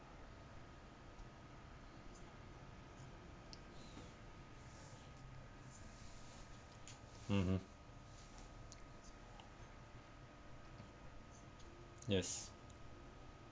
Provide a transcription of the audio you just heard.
mmhmm yes